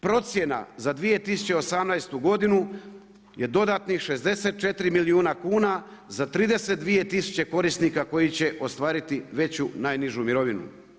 Procjena za 2018. godinu je dodatnih 64 milijuna kuna za 32.000 korisnika koji će ostvariti veću najnižu mirovinu.